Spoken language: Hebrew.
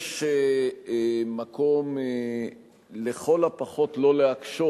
יש מקום לכל הפחות לא להקשות,